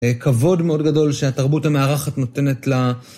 כבוד מאוד גדול שהתרבות המארחת נותנת ל...